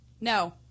No